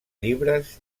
llibres